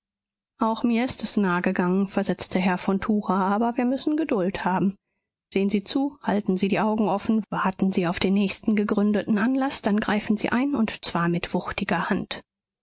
auch mir ist es nahgegangen versetzte herr von tucher aber wir müssen geduld haben sehen sie zu halten sie die augen offen warten sie auf den nächsten gegründeten anlaß dann greifen sie ein und zwar mit wuchtiger hand